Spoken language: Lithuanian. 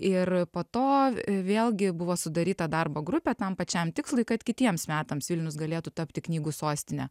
ir po to vėlgi buvo sudaryta darbo grupė tam pačiam tikslui kad kitiems metams vilnius galėtų tapti knygų sostine